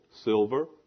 silver